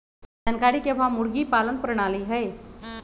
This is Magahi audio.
जानकारी के अभाव मुर्गी पालन प्रणाली हई